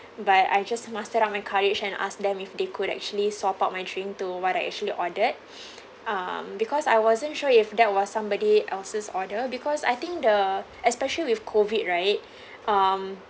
but I just mustered up my courage and ask them if they could actually swap out my drink to what I actually ordered um because I wasn't sure if that was somebody else's order because I think the especially with COVID right um